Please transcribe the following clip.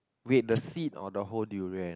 wait the seed or the whole durian